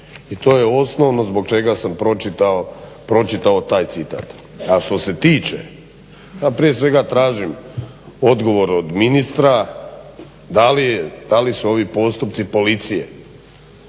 i to je osnovno zbog čega sam pročitao taj citat. A što se tiče, ja prije svega tražim odgovor od ministra da li su ovi postupci policije